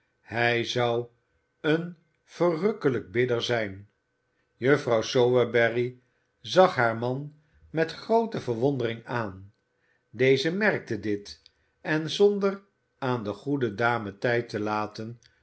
hij zou een verrukkelijk bidder zijn juffrouw sowerberry zag haar man met groote verwondering aan deze merkte dit en zonder aan de goede dame tijd te laten